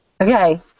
Okay